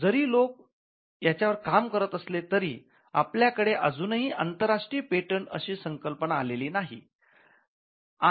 जरी लोक याच्यावर काम करत असले तरी आपल्याकडे अजूनही आंतरराष्ट्रीय पेटंट अशी संकल्पना आलेली नाही नाही